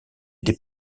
des